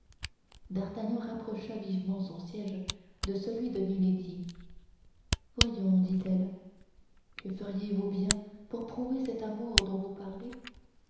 d'artagnan rapprocha vivement son siège de celui de milady voyons dit-elle que feriez-vous bien pour prouver cet amour dont vous parlez